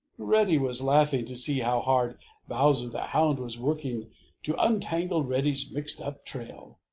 reddy was laughing to see how hard bowser the hound was working to untangle reddy's mixed-up trail.